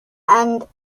and